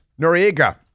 Noriega